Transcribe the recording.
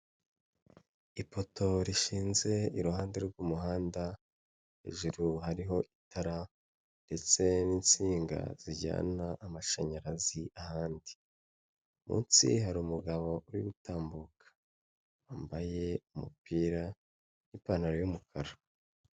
Ipoto rishinze iruhande rw'umuhanda, hejuru hariho itara ndetse n'insinga zijyana amashanyarazi ahandi munsi, hari umugabo uri gutambuka wambaye umupira n'ipantaro y'umukara.